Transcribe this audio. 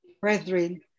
brethren